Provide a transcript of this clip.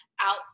out